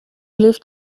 lift